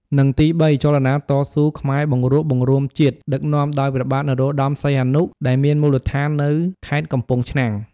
និង ទី៣ ចលនាតស៊ូ ខ្មែរបង្រួបបង្រួមជាតិ ដឹកនាំដោយព្រះបាទ នរោត្តមសីហនុ ដែលមានមូលដ្ឋាននៅ ខេត្តកំពង់ឆ្នាំង ។